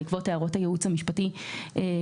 בעקבות הערות הייעוץ המשפטי לוועדה,